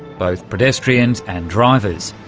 both pedestrians and drivers.